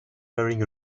wearing